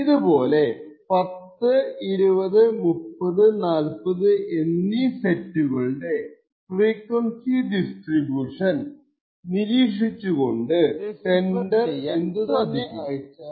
ഇതുപോലെ 10 20 30 40 എന്നീ സെറ്റുകളുടെ ഫ്രീക്വൻസി ഡിസ്ട്രിബൂഷൻ നിരീക്ഷിച്ചുകൊണ്ട് സെൻഡർ എന്തുതന്നെ അയച്ചാലും റിസീവർക്ക് ഡെസിഫെർ ചെയ്യാൻ സാധിക്കും